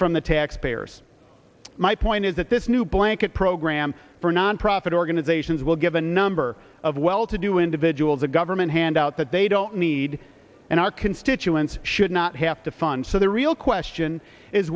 from the taxpayers my point is that this new blanket program for nonprofit organizations will give a number of well to do individuals a government handout that they don't need and our constituents should not have to fund so the real question is